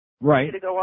Right